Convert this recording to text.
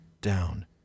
down